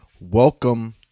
Welcome